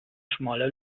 schmaler